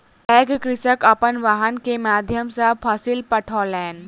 पैघ कृषक अपन वाहन के माध्यम सॅ फसिल पठौलैन